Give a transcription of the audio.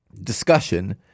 discussion